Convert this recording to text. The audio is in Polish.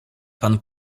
pan